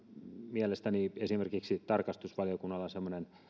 mielestäni esimerkiksi tarkastusvaliokunnalla semmoinen